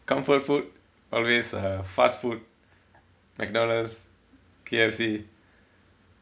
comfort food always uh fast food McDonald's K_F_C